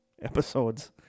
episodes